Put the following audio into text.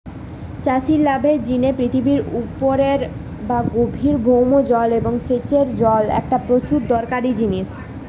চাষির লাভের জিনে পৃথিবীর উপরের বা গভীরের ভৌম জল এবং সেচের জল একটা প্রচুর দরকারি জিনিস